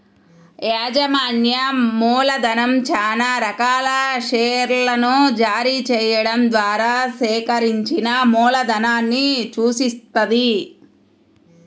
యాజమాన్య మూలధనం చానా రకాల షేర్లను జారీ చెయ్యడం ద్వారా సేకరించిన మూలధనాన్ని సూచిత్తది